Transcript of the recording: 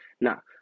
Now